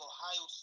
Ohio